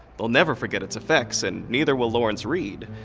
they'll never forget its effects, and neither will lawrence reed,